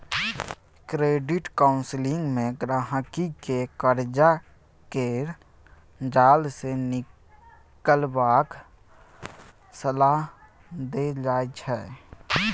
credit counselling मे गहिंकी केँ करजा केर जाल सँ निकलबाक सलाह देल जाइ छै